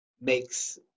makes